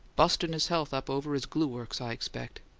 bustin' his health up over his glue-works, i expect.